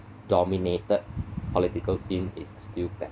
dominated political scene is still bet~